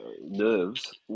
nerves